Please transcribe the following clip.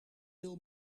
wil